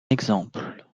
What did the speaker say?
exemple